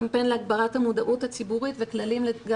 קמפיין להגברת המודעות הציבורית וכללים גם